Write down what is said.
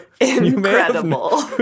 Incredible